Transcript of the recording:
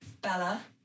Bella